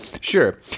Sure